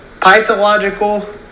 pathological